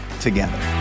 together